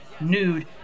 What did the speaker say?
nude